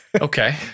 Okay